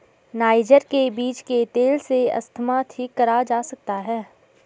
niger के बीज के तेल से अस्थमा ठीक करा जा सकता है